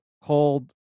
called